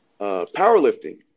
powerlifting